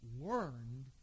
learned